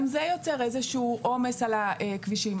גם זה יוצר איזשהו עומס על הכבישים.